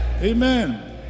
Amen